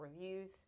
reviews